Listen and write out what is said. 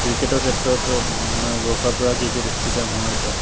ক্ৰিকেটৰ ক্ষেত্ৰত আপোনাৰ বৰষাৰ পৰা ক্ৰিকেট ষ্টেডিয়াম হোৱাৰ পৰা